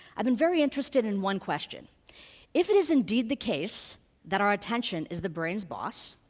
i've been very interested in one question if it is indeed the case that our attention is the brain's boss,